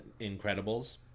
incredibles